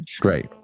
great